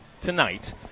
tonight